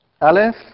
Aleph